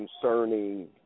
concerning